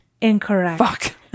Incorrect